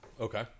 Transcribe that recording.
Okay